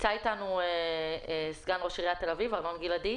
נמצא אתנו ב-זום סגן ראש עיריית תל אביב ארנון גלעדי?